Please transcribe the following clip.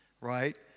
right